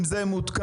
אם זה מותקן,